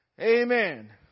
Amen